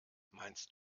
meinst